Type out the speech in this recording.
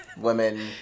women